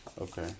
Okay